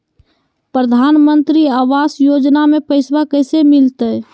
प्रधानमंत्री आवास योजना में पैसबा कैसे मिलते?